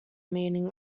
meaning